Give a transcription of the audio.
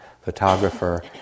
photographer